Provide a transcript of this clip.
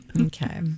Okay